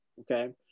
Okay